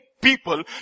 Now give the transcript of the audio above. people